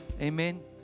Amen